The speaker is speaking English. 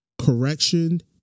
correction